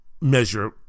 measure